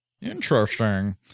Interesting